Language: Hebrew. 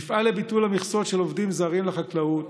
נפעל לביטול המכסות של עובדים זרים לחקלאות,